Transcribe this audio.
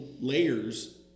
layers